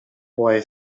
boy